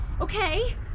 okay